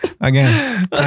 again